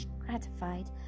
gratified